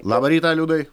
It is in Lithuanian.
labą rytą liudai